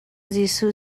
jesuh